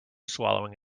swallowing